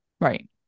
Right